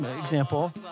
example